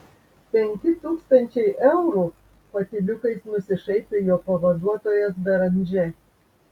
penki tūkstančiai eurų patyliukais nusišaipė jo pavaduotojas beranžė